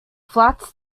flats